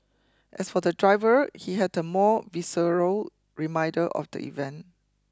as for the driver he had a more visceral reminder of the event